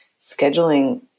scheduling